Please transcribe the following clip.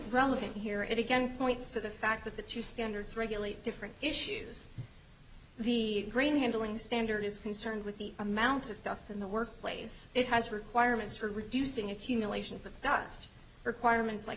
relevant here it again points to the fact that the two standards regulate different issues the grain handling standard is concerned with the amount of dust in the workplace it has requirements for reducing accumulations of dust requirements like